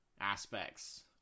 aspects